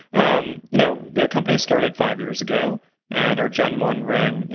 um you know the company started five years ago and our gen one ring,